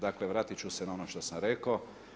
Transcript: Dakle vratiti ću se na ono što sam rekao.